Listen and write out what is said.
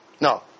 No